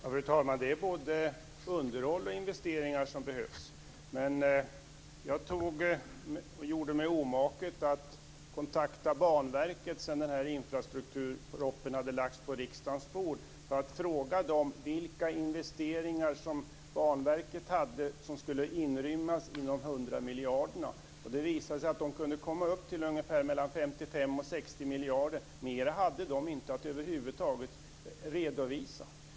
Fru talman! Både underhåll och investeringar behövs. Jag gjorde mig omaket att kontakta Banverket när den här infrastrukturpropositionen hade lagts på riksdagens bord för att fråga dem vilka investeringar som Banverket hade som skulle inrymmas inom de 100 miljarderna. Det visade sig att de kunde komma upp till mellan 55 och 60 miljarder. Mer hade de inte att redovisa.